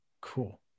Cool